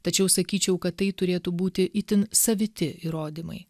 tačiau sakyčiau kad tai turėtų būti itin saviti įrodymai